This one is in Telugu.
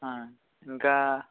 ఆ ఇంకా